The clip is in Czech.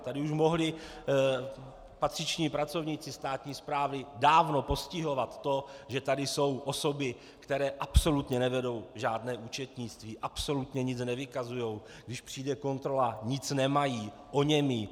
Tady už mohli patřiční pracovníci státní správy dávno postihovat to, že tady jsou osoby, které absolutně nevedou žádné účetnictví, absolutně nic nevykazují, když přijde kontrola, nic nemají, oněmí.